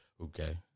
Okay